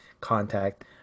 contact